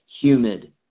humid